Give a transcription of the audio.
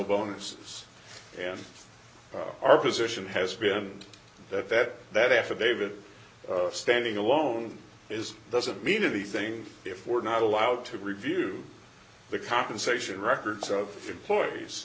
bonuses and our position has been that that affidavit standing alone is doesn't mean anything if we're not allowed to review the compensation records of employees